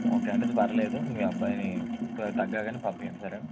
okay అండి పర్లేదు మీ అబ్బాయిని తగ్గగానే పంపించండి సరేనా